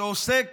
שעוסק